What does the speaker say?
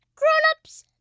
grown-ups,